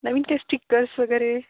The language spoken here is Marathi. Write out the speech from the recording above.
नवीन ते स्टिकर्स वगैरे